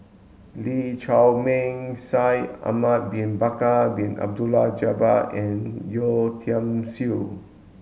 Lee Chiaw Meng Shaikh Ahmad bin Bakar Bin Abdullah Jabbar and Yeo Tiam Siew